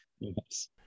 Yes